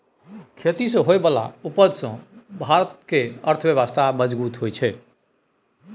खेती सँ होइ बला उपज सँ भारत केर अर्थव्यवस्था मजगूत होइ छै